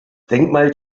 denkmal